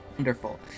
Wonderful